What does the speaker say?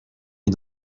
est